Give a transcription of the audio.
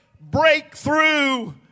breakthrough